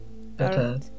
better